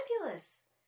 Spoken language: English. fabulous